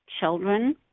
children